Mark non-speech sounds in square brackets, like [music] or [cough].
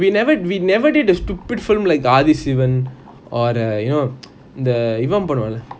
we never we never did the stupid film like others even uh the you know [noise] the you know இவன் பனுவனே:ivan panuvaney